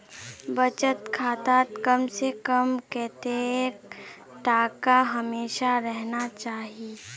बचत खातात कम से कम कतेक टका हमेशा रहना चही?